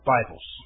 Bibles